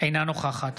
אינה נוכחת